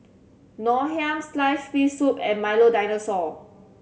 Ngoh Hiang sliced fish soup and Milo Dinosaur